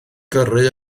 gyrru